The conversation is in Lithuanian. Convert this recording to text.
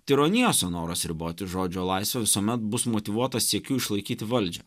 tironijose noras riboti žodžio laisvę visuomet bus motyvuotas siekiu išlaikyti valdžią